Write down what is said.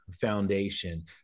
Foundation